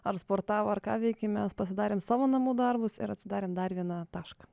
ar sportavo ar ką veikė mes pasidarėm savo namų darbus ir atidarėm dar vieną tašką